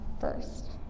first